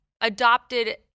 adopted